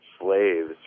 slaves